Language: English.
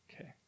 Okay